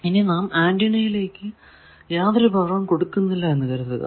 ഇനി നാം ആന്റിനയിലേക്ക് യാതൊരു പവറും കൊടുക്കുന്നില്ല എന്ന് കരുതുക